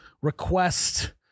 request